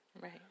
right